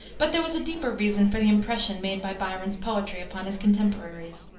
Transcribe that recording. but there was a deeper reason for the impression made by byron's poetry upon his contemporaries.